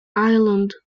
island